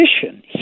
position